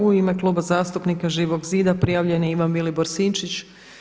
U ime Kluba zastupnika Živog zida prijavljen je Ivan Vilibor Sinčić.